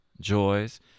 joys